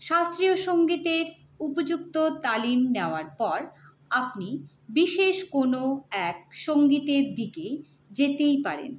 শাস্ত্রীয় সঙ্গীতের উপযুক্ত তালিম নেওয়ার পর আপনি বিশেষ কোনো এক সঙ্গীতের দিকে যেতেই পারেন